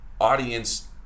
audience